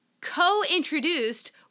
co-introduced